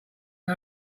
can